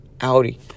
Audi